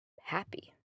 happy